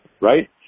Right